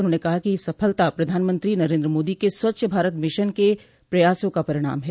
उन्होंने कहा कि यह सफलता प्रधानमंत्री नरेन्द्र मोदी के स्वच्छ भारत मिशन के प्रयासों का परिणाम है